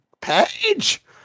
page